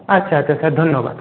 আচ্ছা আচ্ছা স্যার ধন্যবাদ